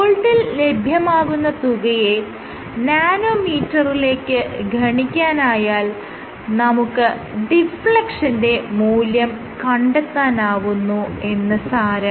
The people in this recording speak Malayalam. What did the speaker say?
വോൾട്ടിൽ ലഭ്യമാകുന്ന തുകയെ നാനോമീറ്ററിലേക്ക് ഗണിക്കാനായാൽ നമുക്ക് ഡിഫ്ലെക്ഷന്റെ മൂല്യം കണ്ടെത്താനാവുന്നു എന്ന് സാരം